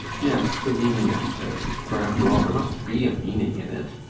yes, the meaning, i say. for, after all, there must be a meaning in it.